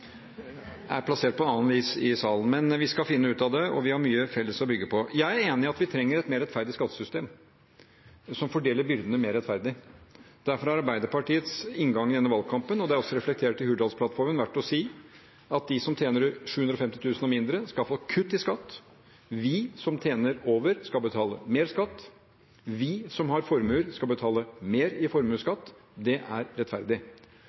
er plassert på annet vis i salen, men vi skal finne ut av det, og vi har mye felles å bygge på. Jeg er enig i at vi trenger et mer rettferdig skattesystem som fordeler byrdene mer rettferdig. Derfor har Arbeiderpartiets inngang i denne valgkampen – og det er også reflektert i Hurdalsplattformen – vært å si at de som tjener 750 000 kr og mindre, skal få kutt i skatt. Vi som tjener over, skal betale mer skatt. Vi som har formuer, skal betale mer i formuesskatt. Det er rettferdig.